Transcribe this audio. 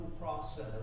process